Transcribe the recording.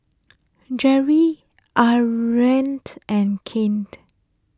Jere and Kane